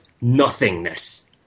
nothingness